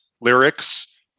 lyrics